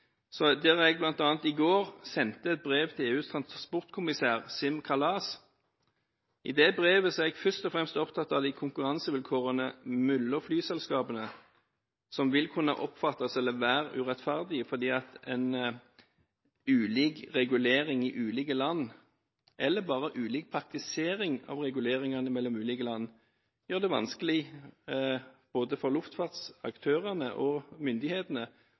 der jeg bl.a. i går sendte et brev til EUs transportkommissær, Siim Kallas. I det brevet er jeg først og fremst opptatt av de konkurransevilkårene mellom flyselskapene som vil kunne oppfattes som eller være urettferdig, fordi en ulik regulering i ulike land, eller bare ulik praktisering av reguleringene mellom ulike land, gjør det vanskelig for både luftfartsaktørene og myndighetene